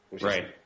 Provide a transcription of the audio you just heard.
Right